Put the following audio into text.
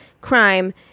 crime